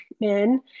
men